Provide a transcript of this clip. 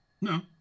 no